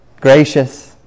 gracious